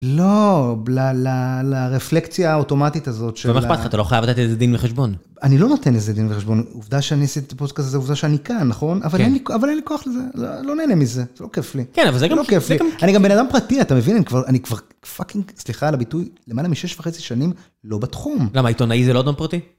לא, לרפלקציה האוטומטית הזאת של... זה לא אכפת לך, אתה לא חייב לתת לזה דין וחשבון. אני לא נותן לזה דין וחשבון, העובדה שאני עשיתי את הפודקאסט הזה, עובדה שאני כאן, נכון? אבל אין לי כוח לזה, לא נהנה מזה, זה לא כיף לי. כן, אבל זה גם... אני גם בן אדם פרטי, אתה מבין? אני כבר פאקינג... סליחה על הביטוי, למעלה מ-6.5 שנים לא בתחום. למה, עיתונאי זה לא אדם פרטי?